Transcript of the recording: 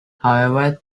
however